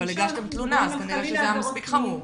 אבל הגשתם תלונה, אז כנראה שזה היה מספיק חמור.